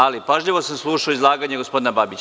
Ali, pažljivo sam slušao izlaganje gospodina Babića.